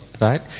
right